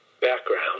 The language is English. background